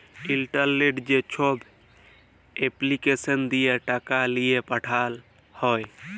ইলটারলেটে যেছব এপলিকেসল দিঁয়ে টাকা লিঁয়ে পাঠাল হ্যয়